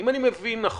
אם אני מבין נכון,